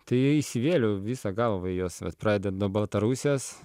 tai įsivėliau visa galva į juos vat pradedant baltarusijos